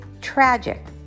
tragic